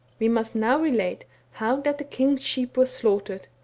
we must now relate how that the king's sheep were slaughtered,